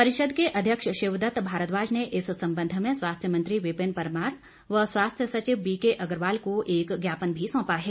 परिषद के अध्यक्ष शिवदत्त भारद्वाज ने इस संबंध में स्वास्थ्य मंत्री विपिन परमार व स्वास्थ्य सचिव बीके अग्रवाल को एक ज्ञापन भी सौंपा है